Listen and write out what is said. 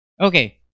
Okay